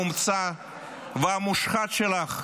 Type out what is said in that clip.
המומצא והמושחת שלך,